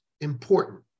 important